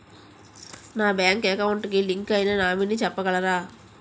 నా bank account కి link అయినా నామినీ చెప్పగలరా?